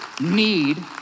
need